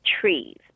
trees